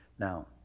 Now